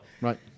Right